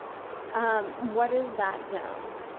um what is that zoned?